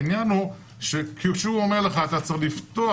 העניין הוא שכשהוא אומר לך שאתה צריך לפתוח